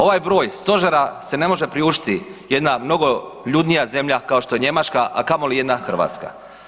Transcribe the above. Ovaj broj stožera se ne može priuštiti jedna mnogoljudnija zemlja kao što je Njemačka, a kamoli jedna Hrvatska.